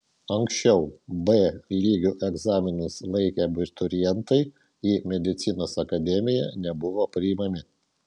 anksčiau b lygiu egzaminus laikę abiturientai į medicinos akademiją nebuvo priimami